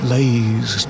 Lays